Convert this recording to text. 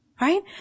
Right